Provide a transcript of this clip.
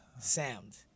sound